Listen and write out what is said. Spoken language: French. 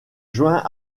juin